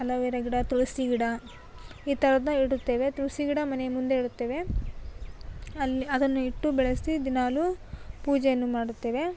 hello vera ಗಿಡ ತುಳಸಿ ಗಿಡ ಈ ಥರದ್ದು ನೆಡುತ್ತೇವೆ ತುಳಸಿ ಗಿಡ ಮನೆಯ ಮುಂದೆ ಇಡುತ್ತೇವೆ ಅಲ್ಲಿ ಅದನ್ನು ಇಟ್ಟು ಬೆಳೆಸಿ ದಿನಾಲೂ ಪೂಜೆಯನ್ನು ಮಾಡುತ್ತೇವೆ